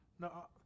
No